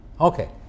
Okay